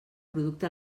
producte